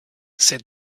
said